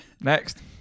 Next